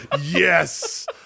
yes